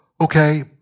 Okay